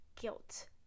guilt